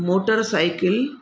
motor cycle